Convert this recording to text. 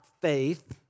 faith